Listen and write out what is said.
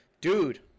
Dude